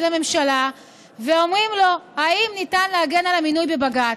לממשלה ואומרים לו אם ניתן להגן על המינוי בבג"ץ.